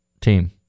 team